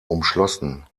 umschlossen